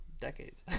decades